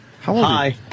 Hi